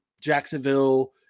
Jacksonville